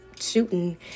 shooting